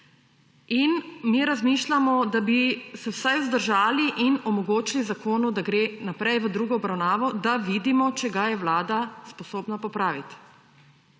Mi razmišljamo, da bi se vsaj vzdržali in omogočili zakonu, da gre naprej v drugo obravnavo, da vidimo, če ga je Vlada sposobna popraviti.